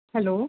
hello